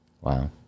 Wow